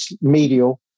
medial